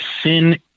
sin